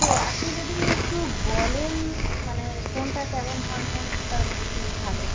তো আপনি যদি একটু বলেন মানে কোনটা কেমন ধরণের তাহলে একটু ভালো হয়